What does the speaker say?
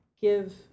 give